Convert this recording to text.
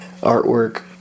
Artwork